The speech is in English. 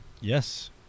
Yes